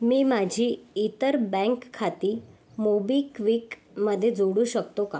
मी माझी इतर बँक खाती मोबिक्विकमध्ये जोडू शकतो का